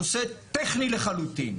נושא טכני לחלוטין.